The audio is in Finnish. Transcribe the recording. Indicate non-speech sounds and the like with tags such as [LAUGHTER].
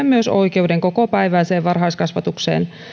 [UNINTELLIGIBLE] myös palauttaisimme oikeuden kokopäiväiseen varhaiskasvatukseen